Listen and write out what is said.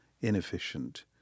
inefficient